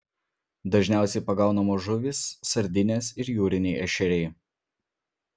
dažniausiai pagaunamos žuvys sardinės ir jūriniai ešeriai